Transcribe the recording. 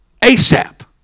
ASAP